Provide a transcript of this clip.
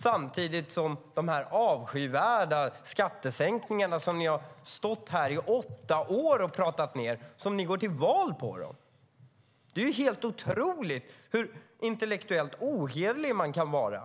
Samtidigt går ni till val på våra avskyvärda skattesänkningar som ni har stått här i åtta år och talat ned. Det är otroligt hur intellektuellt ohederlig man kan vara.